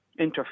interface